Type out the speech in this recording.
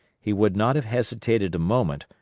he would not have hesitated a moment,